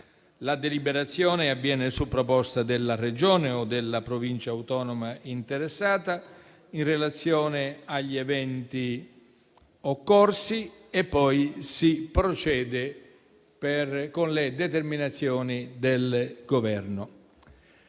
La deliberazione avviene su proposta della Regione o della Provincia autonoma interessata in relazione agli eventi occorsi e poi si procede con le determinazioni del Governo.